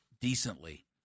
decently